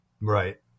Right